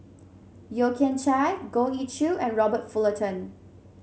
Yeo Kian Chai Goh Ee Choo and Robert Fullerton